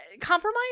Compromise